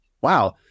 wow